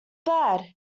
bad